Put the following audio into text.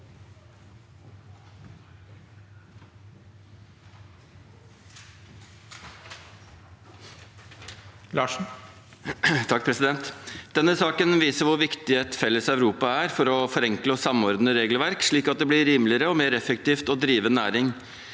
Larsen (H) Denne saken viser hvor viktig et felles Europa er for å forenkle og samordne regelverk slik at det blir rimeligere og mer effektivt å drive næring.